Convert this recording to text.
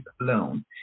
alone